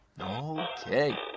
Okay